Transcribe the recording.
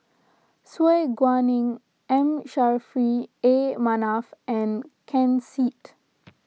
Su Guaning M Saffri A Manaf and Ken Seet